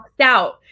out